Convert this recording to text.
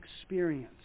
experience